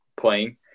playing